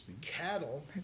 Cattle